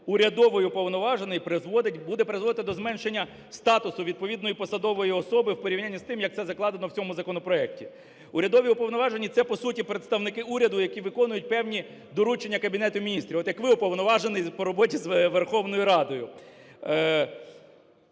"Урядовий уповноважений" призводить, буде призводити до зменшення статусу відповідної посадової особи в порівняні з тим, як це закладено в цьому законопроекті. Урядові уповноважені – це, по суті, представники уряду, які виконують певні доручення Кабінету Міністрів (от як ви - Уповноважений по роботі з Верховною Радою),